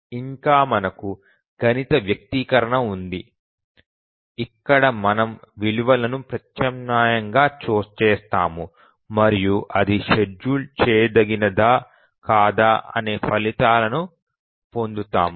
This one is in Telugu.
ఇంకా మనకు గణిత వ్యక్తీకరణ ఉంది అక్కడ మనం విలువలను ప్రత్యామ్నాయం చేస్తాము మరియు అది షెడ్యూల్ చేయదగినదా కాదా అనే ఫలితాలను పొందుతాము